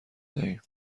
دهیم